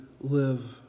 live